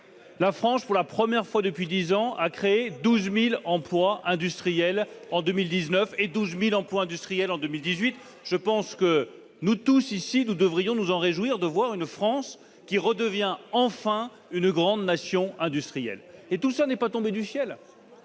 La France, pour la première fois depuis dix ans, a créé 12 000 emplois industriels en 2018, et 12 000 emplois industriels en 2019. Tous, ici, nous devrions nous réjouir de voir la France redevenir enfin une grande nation industrielle. Et tout ça n'est pas tombé du ciel